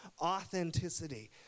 authenticity